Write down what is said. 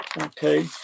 okay